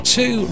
two